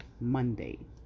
monday